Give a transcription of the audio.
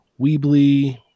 Weebly